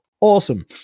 awesome